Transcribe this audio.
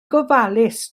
gofalus